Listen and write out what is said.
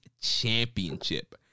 Championship